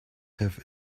have